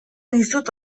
dizut